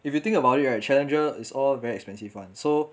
if you think about it right challenger is all very expensive [one] so